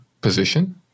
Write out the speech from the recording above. position